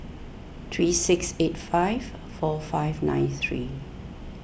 three six eight five four five nine three